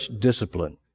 discipline